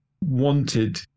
wanted